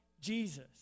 Jesus